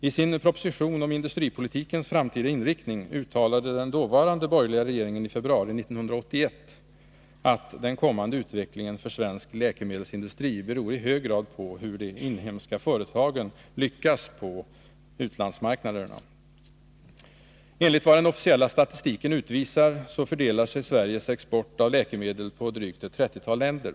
I sin proposition om industripolitikens framtida inriktning uttalade den dåvarande regeringen i februari 1981 att den kommande utvecklingen för svensk läkemedelsindustri i hög grad beror på hur de inhemska företagen lyckas på utlandsmarknaderna. Enligt vad den officiella statistiken utvisar fördelar sig Sveriges export av läkemedel på drygt ett trettiotal länder.